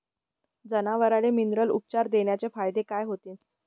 जनावराले मिनरल उपचार देण्याचे फायदे काय होतीन?